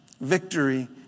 Victory